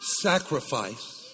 sacrifice